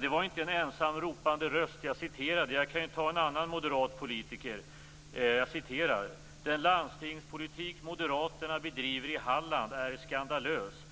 Det var inte en ensam ropande röst som jag citerade. Jag kan ta en annan moderat politiker. Jag citerar: Den landstingspolitik Moderaterna bedriver i Halland är skandalös.